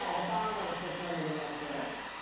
and bottom length is limiting it here.